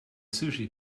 sushi